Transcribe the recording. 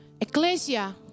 ecclesia